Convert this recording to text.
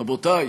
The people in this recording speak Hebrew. רבותי,